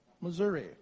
Missouri